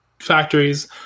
factories